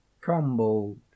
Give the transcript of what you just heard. crumbled